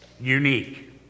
unique